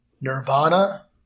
Nirvana